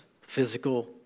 physical